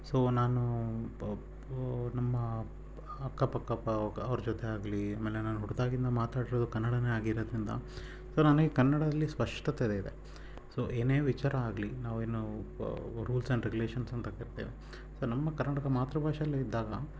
so ನಾನು ನಮ್ಮ ಅಕ್ಕಪಕ್ಕ ಬ ಅವ್ರ ಜೊತೆ ಆಗಲಿ ಆಮೇಲೆ ನಾನು ಹುಟ್ಟಿದಾಗಿನಿಂದ ಮಾತಾಡಿರೋದು ಕನ್ನಡನೇ ಆಗಿರೋದ್ರಿಂದ ಸೊ ನನಗೆ ಕನ್ನಡದಲ್ಲಿ ಸ್ಪಷ್ಟತೆ ಇದೆ ಸೊ ಏನೇ ವಿಚಾರ ಆಗಲಿ ನಾವು ಏನೋ ರೂಲ್ಸ್ ಆ್ಯಂಡ್ ರೆಗ್ಯುಲೇಷನ್ಸ್ ಅಂತ ಕರೀತೇವೆ ಸೊ ನಮ್ಮ ಕರ್ನಾಟಕ ಮಾತೃ ಭಾಷೆಯಲ್ಲೆ ಇದ್ದಾಗ